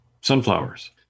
sunflowers